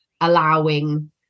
allowing